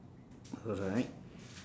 alright